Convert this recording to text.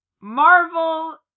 Marvel